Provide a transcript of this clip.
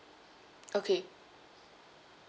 okay